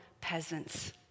peasants